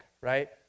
right